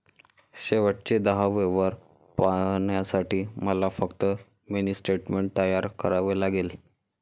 शेवटचे दहा व्यवहार पाहण्यासाठी मला फक्त मिनी स्टेटमेंट तयार करावे लागेल